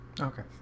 Okay